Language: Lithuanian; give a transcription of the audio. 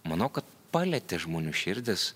manau kad palietė žmonių širdis